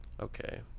Okay